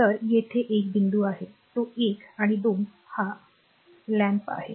तर येथे 1 बिंदू आहे तो 1 आणि 2 हा lampदिवा आहे